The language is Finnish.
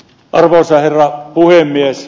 arvoisa herra puhemies